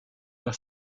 par